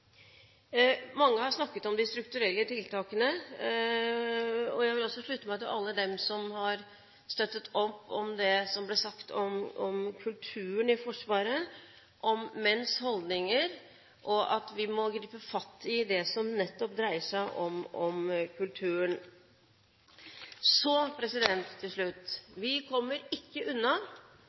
Mange har snakket om de strukturelle tiltakene. Jeg vil slutte meg til alle dem som har støttet opp om det som ble sagt om kulturen i Forsvaret – om menns holdninger og at vi må gripe fatt i det som nettopp dreier seg om kulturen. Til slutt: Vi kommer ikke unna